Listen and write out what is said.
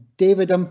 David